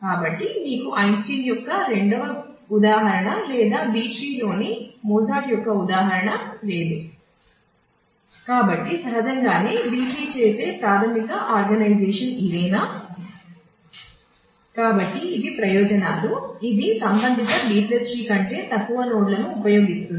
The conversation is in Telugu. కాబట్టి ఇవి ప్రయోజనాలు ఇది సంబంధిత B ట్రీ కంటే తక్కువ నోడ్లను ఉపయోగిస్తుంది